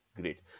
Great